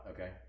Okay